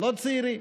לא צעירים.